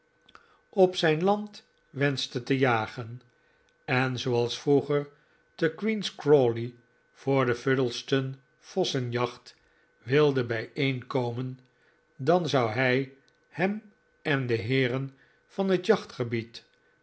op zijn land wenschte te jagen en zooals vroeger te queen's crawley voor de fuddlestone vossenjacht wilde bijeenkomen dan zou hij hem en de heeren van het